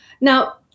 Now